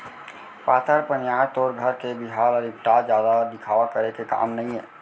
पातर पनियर तोर घर के बिहाव ल निपटा, जादा दिखावा करे के काम नइये